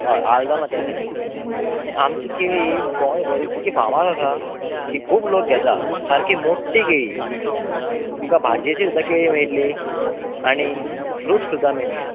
हय आलदोना ते सायडिक आनी आमची केळी गोंय भार इतकी फामार्द आसा ती खूब लोक घेतात सारकी मोट्टी केळी तुमकां भाजयेची सुद्दां केळी मेळटली आनी फ्रुट सुद्दां मेळटले